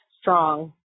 strong